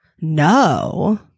No